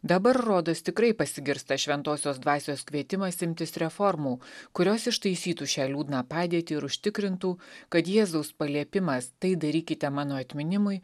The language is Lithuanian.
dabar rodos tikrai pasigirsta šventosios dvasios kvietimas imtis reformų kurios ištaisytų šią liūdną padėtį ir užtikrintų kad jėzaus paliepimas tai darykite mano atminimui